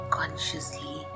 consciously